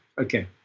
Okay